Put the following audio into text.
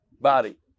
body